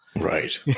right